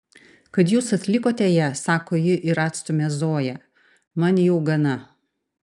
kad jūs atlikote ją sako ji ir atstumia zoją man jau gana